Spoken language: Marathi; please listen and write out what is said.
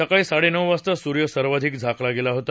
सकाळी साडेनऊ वाजता सूर्य सर्वाधिक झाकला गेला होता